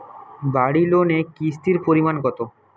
বাড়ি লোনে কিস্তির পরিমাণ কত?